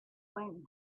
when